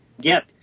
get